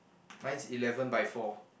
mine is eleven by four